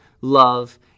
love